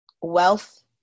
wealth